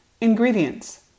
Ingredients